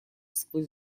сквозь